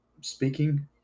speaking